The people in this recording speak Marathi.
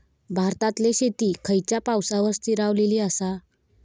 भारतातले शेती खयच्या पावसावर स्थिरावलेली आसा?